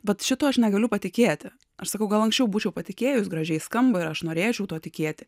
vat šituo aš negaliu patikėti aš sakau gal anksčiau būčiau patikėjus gražiai skamba ir aš norėčiau tuo tikėti